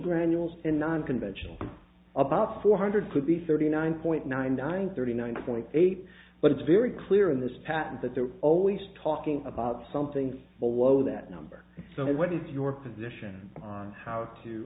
granules and non conventional about four hundred could be thirty nine point nine nine thirty nine point eight but it's very clear in this patent that they're always talking about some things below that number so what is your position on how to